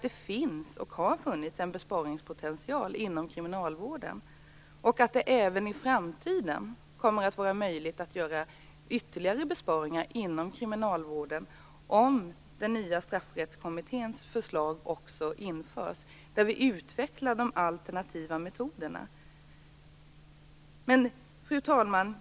Det finns och har funnits en besparingspotential inom kriminalvården, och även i framtiden kommer det att vara möjligt att göra ytterligare besparingar inom kriminalvården om den nya straffrättskommitténs förslag införs som innebär att de alternativa metoderna utvecklas. Fru talman!